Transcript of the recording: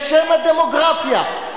בשם הדמוגרפיה.